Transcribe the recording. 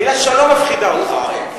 המילה "שלום" זו לא ביקורת.